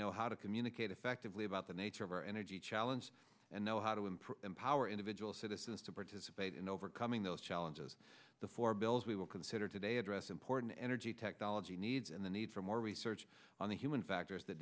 know how to communicate effectively about the nature of our energy challenge and know how to improve empower individual citizens to participate in overcoming those challenges the four bills we will consider today address important energy technology needs and the need for more research on the human factors that